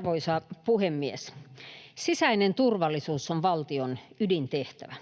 Arvoisa puhemies! Sisäisen turvallisuus on valtion ydintehtävä.